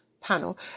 panel